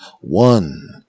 One